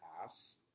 pass